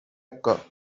occur